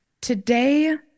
Today